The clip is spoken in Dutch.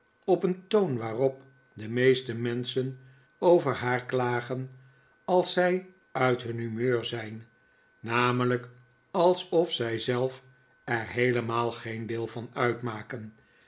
op een toon waarop de meeste menschen over haar klagen als zij uit hun humeur zijn namelijk alsof zij zelf er heelemaal geen deel van uitmaken